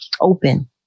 open